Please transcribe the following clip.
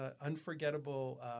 unforgettable